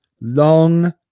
long